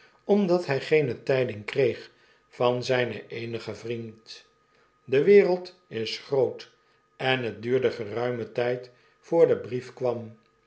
omdathjj geene tiding kreeg van zynen eenigen vriend de wereld is groot en het duurde geruimen tyd voor de brief kwam